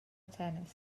tennis